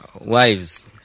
wives